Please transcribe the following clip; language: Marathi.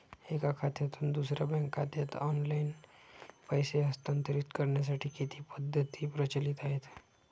एका खात्यातून दुसऱ्या बँक खात्यात ऑनलाइन पैसे हस्तांतरित करण्यासाठी किती पद्धती प्रचलित आहेत?